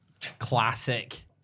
Classic